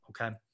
okay